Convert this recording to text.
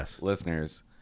listeners